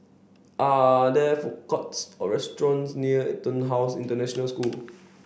are there food courts or restaurants near EtonHouse International School